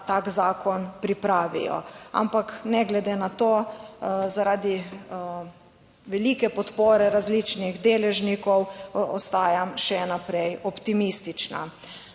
tak zakon pripravijo, ampak ne glede na to zaradi velike podpore različnih deležnikov ostajam še naprej optimistična.